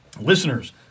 Listeners